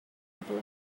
couple